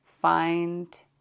find